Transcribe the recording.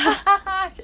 ya